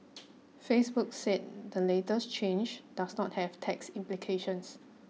Facebook said the latest change does not have tax implications